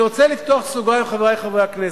אני רוצה לפתוח סוגריים, חברי חברי הכנסת.